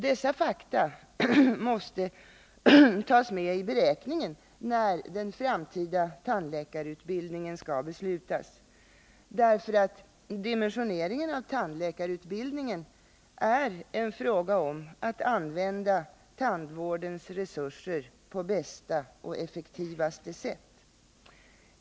Dessa fakta måste tas med i beräkningen när besluten om den framtida tandläkarutbildningen skall fattas, eftersom dimensioneringen av tandläkarutbildningen är en fråga om att använda tandvårdens resurser på bästa och effektivaste sätt.